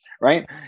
right